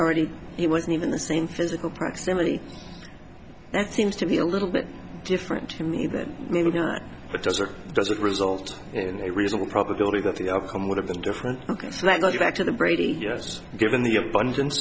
already he wasn't even the same physical proximity that seems to be a little bit different to me that it does or doesn't result in a reasonable probability that the outcome would have been different ok so that got you back to the brady yes given the abundance